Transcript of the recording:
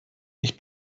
ich